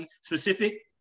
specific